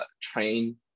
train